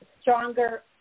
stronger